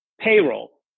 payroll